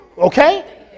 Okay